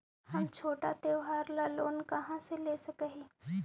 हम छोटा त्योहार ला लोन कहाँ से ले सक ही?